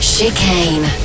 Chicane